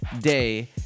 day